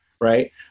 Right